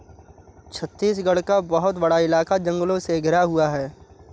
छत्तीसगढ़ का बहुत बड़ा इलाका जंगलों से घिरा हुआ है